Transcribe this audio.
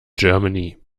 germany